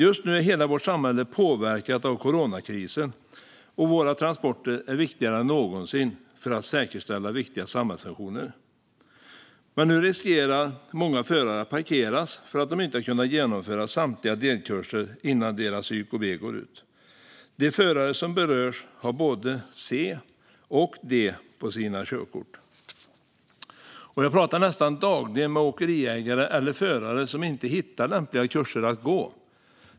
Just nu är hela vårt samhälle påverkat av coronakrisen, och våra transporter är viktigare än någonsin för att säkerställa viktiga samhällsfunktioner. Men nu riskerar många förare att parkeras för att de inte har kunnat genomföra samtliga delkurser innan deras YKB går ut. De förare som berörs har både C och D på sina körkort. Jag pratar nästan dagligen med åkeriägare eller förare som inte hittar lämpliga kurser att gå.